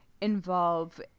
involve